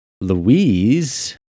Louise